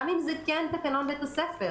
גם אם זה תקנון בית הספר.